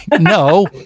No